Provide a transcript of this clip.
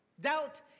Doubt